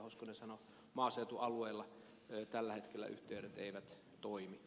hoskonen sanoi maaseutualueella tällä hetkellä yhteydet eivät toimi